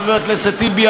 חבר הכנסת טיבי,